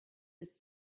ist